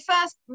first